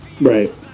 Right